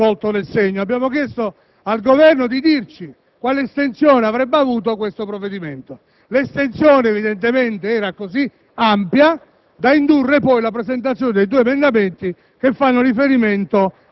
dalla stessa maggioranza dimostrino di aver colto nel segno - di spiegarci quale estensione avrebbe avuto tale provvedimento. L'estensione, evidentemente, era così ampia